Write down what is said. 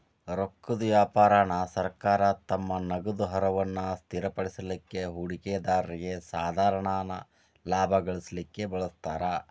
ರೊಕ್ಕದ್ ವ್ಯಾಪಾರಾನ ಸರ್ಕಾರ ತಮ್ಮ ನಗದ ಹರಿವನ್ನ ಸ್ಥಿರವಾಗಿಡಲಿಕ್ಕೆ, ಹೂಡಿಕೆದಾರ್ರಿಗೆ ಸಾಧಾರಣ ಲಾಭಾ ಗಳಿಸಲಿಕ್ಕೆ ಬಳಸ್ತಾರ್